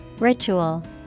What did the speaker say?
Ritual